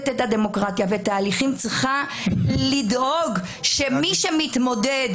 הדמוקרטיה ואת ההליכים צריכה לדאוג שמי שמתמודד